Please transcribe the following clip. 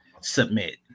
submit